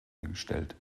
hergestellt